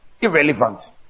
irrelevant